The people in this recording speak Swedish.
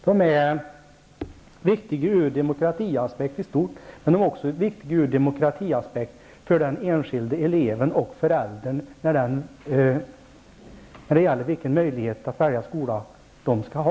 De är viktiga ur en demokratiaspekt i stort, men de är också viktiga ur en demokratiaspekt för den enskilde eleven och den enskilda föräldern, nämligen när det gäller för dessa att avgöra vilken möjlighet att välja skola de skall ha.